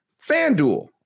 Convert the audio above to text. FanDuel